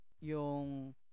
yung